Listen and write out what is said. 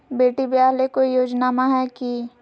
बेटी ब्याह ले कोई योजनमा हय की?